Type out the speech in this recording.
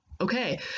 Okay